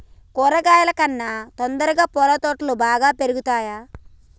కూరగాయల కన్నా తొందరగా పూల తోటలు బాగా పెరుగుతయా?